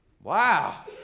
wow